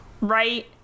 Right